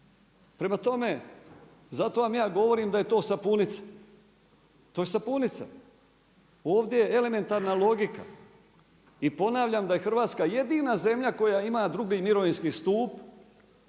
Prema tome, zato vam ja govorim da je to sapunica. To je sapunica. Ovdje je elementarna logika i ponavljam da je Hrvatska jedina zemlja koja ima drugi mirovinski sutp,